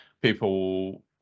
People